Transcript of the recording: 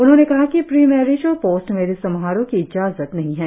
उन्होंने कहा कि प्री मेरिज और पोस्ट मेरिज समारोह की इजाजत नहीं है